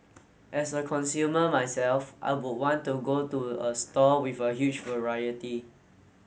as a consumer myself I would want to go to a store with a huge variety